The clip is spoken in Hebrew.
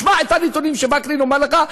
שמע את הנתונים שווקנין אומר לך.